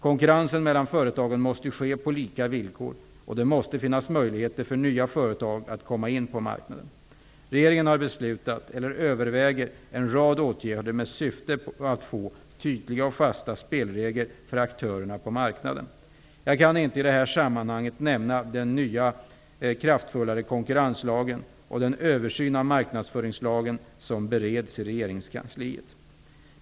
Konkurrensen mellan företagen måste ske på lika villkor, och det måste finnas möjligheter för nya företag att komma in på marknaden. Regeringen har beslutat eller överväger en rad åtgärder med syfte att få tydliga och fasta spelregler för aktörerna på marknaden. Jag skall i det här sammanhanget inte nämna den nya kraftfullare konkurrenslagen och den översyn av marknadsföringslagen som bereds i regeringskansliet.